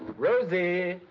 rosie!